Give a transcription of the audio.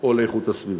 או לאיכות הסביבה.